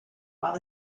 while